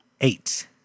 Eight